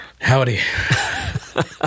Howdy